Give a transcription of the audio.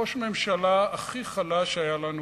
ראש ממשלה הכי חלש שהיה לנו